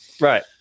Right